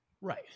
right